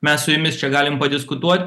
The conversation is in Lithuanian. mes su jumis čia galim padiskutuot